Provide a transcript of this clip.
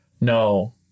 No